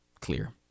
clear